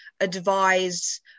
advise